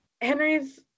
Henry's